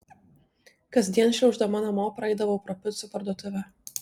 kasdien šliauždama namo praeidavau pro picų parduotuvę